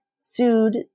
sued